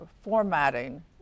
formatting